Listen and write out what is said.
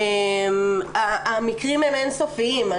המקרים הם אין סופיים.